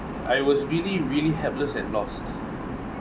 I was really really helpless and lost